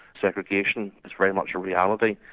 segregation is very much a reality,